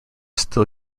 still